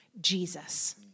Jesus